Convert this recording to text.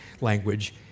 language